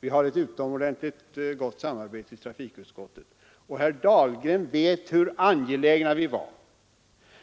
Vi har ett utomordentligt gott samarbete i trafikutskottet, och herr Dahlgren vet att